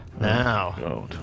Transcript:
Now